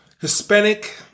Hispanic